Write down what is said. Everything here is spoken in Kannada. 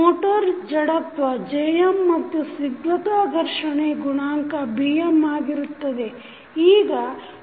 ಮೋಟರ್ ಜಡತ್ವ Jm ಮತ್ತು ಸ್ನಿಗ್ಧತಾ ಘರ್ಷಣೆ ಗುಣಾಂಕ Bm ಆಗಿರುತ್ತದೆ